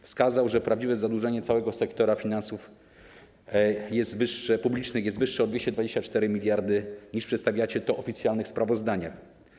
Wskazał, że prawdziwe zadłużenie całego sektora finansów publicznych jest wyższe o 224 mld zł niż to przedstawiane w oficjalnych sprawozdaniach.